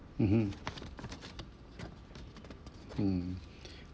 mmhmm mm